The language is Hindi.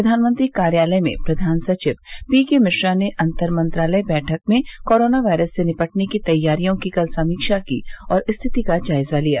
प्रधानमंत्री कार्यालय में प्रधान सचिव पीके मिश्रा ने अंतर मंत्रालय बैठक में कोरोना वायरस से निपटने की तैयारियों की कल समीक्षा की और स्थिति का जायजा लिया